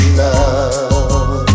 love